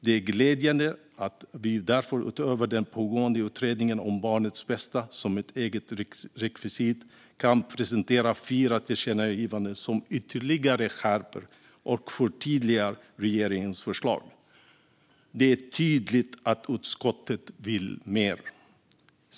Det är glädjande att vi därför, utöver den pågående utredningen om barnets bästa som eget rekvisit, kan presentera fyra tillkännagivanden som ytterligare skärper och förtydligar regeringens förslag. Det är tydligt att utskottet vill mer.